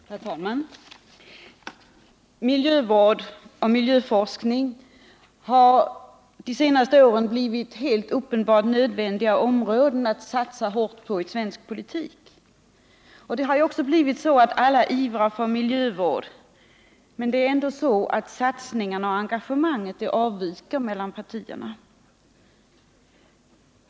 Herr talman! Miljövård och miljöforskning har de senaste åren blivit uppenbart nödvändiga områden att satsa hårt på i svensk politik. Det har också blivit så att alla ivrar för miljövård, men ändå avviker partierna från varandra i satsningar och engagemang.